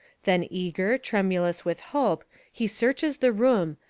then eager, tremulous with hope, he searches the room,